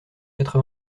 quatre